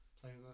playing